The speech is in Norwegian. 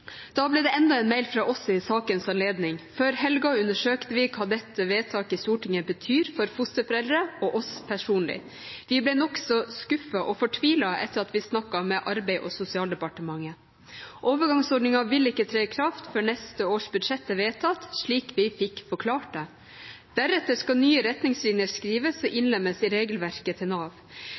Da ble det enda en mail fra oss i sakens anledning. Før helga undersøkte vi hva dette vedtaket i Stortinget betyr for fosterforeldre og oss personlig. Vi ble nokså skuffet og fortvilet etter at vi snakket med Arbeids- og sosialdepartementet. Overgangsordningen vil ikke tre i kraft før neste års budsjett er vedtatt, slik vi fikk forklart det. Deretter skal nye retningslinjer skrives og innlemmes i regelverket til Nav.